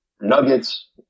Nuggets